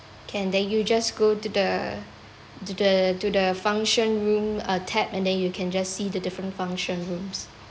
can then you just go to the to the to the function room uh tab and then you can just see the different function rooms